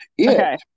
Okay